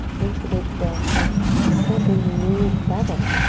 integrate the breath and essentially move better.